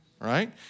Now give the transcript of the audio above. right